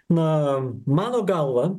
na mano galva